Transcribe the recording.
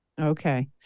okay